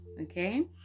okay